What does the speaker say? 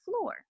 floor